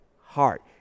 heart